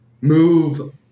move